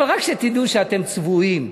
אבל רק שתדעו שאתם צבועים.